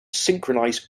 synchronize